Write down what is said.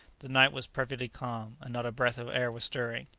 the night was perfectly calm, and not a breath of air was stirring.